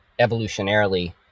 evolutionarily